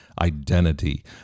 identity